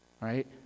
right